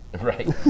Right